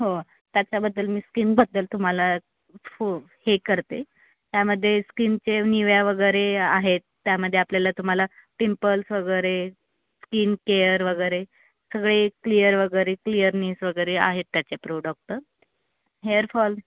हो त्याच्याबद्दल मी स्किनबद्दल तुम्हाला फ हे करते त्यामध्ये स्किनचे निव्या वगैरे आहेत त्यामध्ये आपल्याला तुम्हाला पिंपल्स वगैरे स्किन केअर वगैरे सगळे क्लिअर वगैरे क्लिअरनेस वगैरे आहेत त्याचे प्रोडक्ट हेअरफॉल